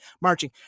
marching